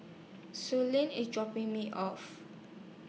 Suellen IS dropping Me off